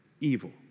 evil